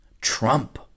Trump